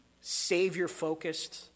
Savior-focused